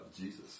Jesus